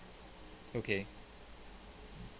okay